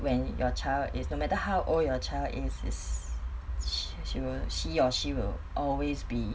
when your child is no matter how old your child is sh~ she wa~ he or she will always be